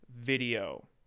video